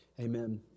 Amen